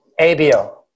ABO